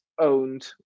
owned